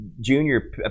junior